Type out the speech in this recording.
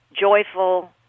joyful